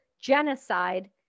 genocide